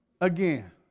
again